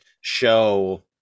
show